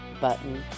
button